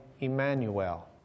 Emmanuel